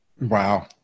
Wow